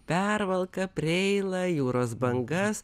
pervalka preila jūros bangas